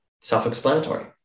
self-explanatory